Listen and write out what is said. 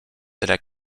leider